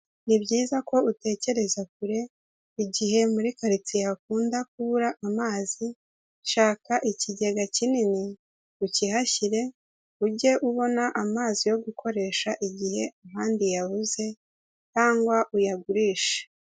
Ni byiza ko utekereza kure igihe muri karitsiye hakunda kubura amazi, shaka ikigega kinini ukihashyire ujye ubona amazi yo gukoresha igihe ahandi yabuze cyangwa uyagurishe.